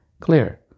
clear